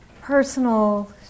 personal